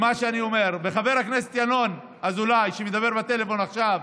חבר הכנסת ינון אזולאי, שמדבר בטלפון עכשיו,